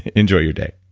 enjoy your day